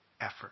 effort